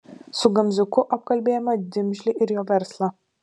su gamziuku apkalbėjome dimžlį ir jo verslą